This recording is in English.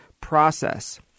process